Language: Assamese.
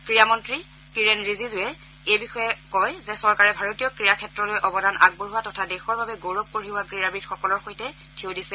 ক্ৰীড়া মন্ত্ৰী কিৰেৰ ৰিজিজুৱে এই বিষয়ে কয় যে চৰকাৰে ভাৰতীয় ক্ৰীড়া ক্ষেত্ৰলৈ অৱদান আগবঢ়োৱা তথা দেশৰ বাবে গৌৰৱ কঢ়িওৱা ক্ৰীড়াবিদসকলৰ সৈতে থিয় দিছে